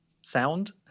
sound